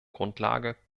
grundlage